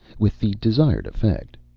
with the desired effect.